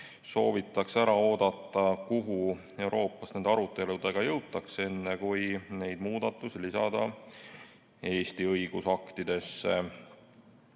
soovitakse ära oodata, kuhu Euroopas nende aruteludega jõutakse, enne kui neid muudatusi lisada Eesti õigusaktidesse.